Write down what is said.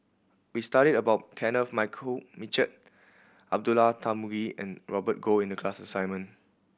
we studied about Kenneth Mitchell Abdullah Tarmugi and Robert Goh in the class assignment